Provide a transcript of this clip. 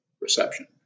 Reception